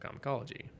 Comicology